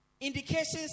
Indications